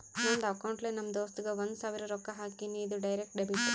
ನಂದ್ ಅಕೌಂಟ್ಲೆ ನಮ್ ದೋಸ್ತುಗ್ ಒಂದ್ ಸಾವಿರ ರೊಕ್ಕಾ ಹಾಕಿನಿ, ಇದು ಡೈರೆಕ್ಟ್ ಡೆಬಿಟ್